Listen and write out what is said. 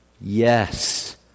Yes